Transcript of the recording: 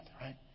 right